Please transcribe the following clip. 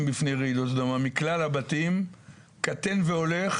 בפני רעידות אדמה מכלל הבתים קטן והולך,